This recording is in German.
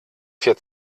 vier